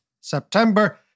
September